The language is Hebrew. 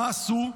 מה עשו?